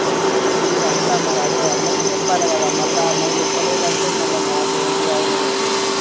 సరే తీ వస్తాను మరి అదే అందరికీ చెప్పాలి కదా మళ్ళీ మాకు చెప్పలేదంటే మళ్ళీ నాకు ఎటు కానోడిని అయితా నేను